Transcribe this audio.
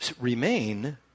remain